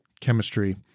chemistry